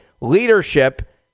leadership